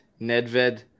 Nedved